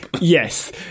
Yes